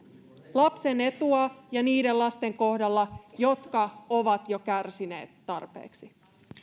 lapsen etua ja niiden lasten kohdalla jotka ovat jo kärsineet tarpeeksi